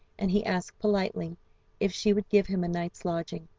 and he asked politely if she would give him a night's lodging.